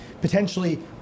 Potentially